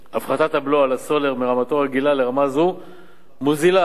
הפחתת הבלו על הסולר מרמתו הרגילה לרמה זו מוזילה את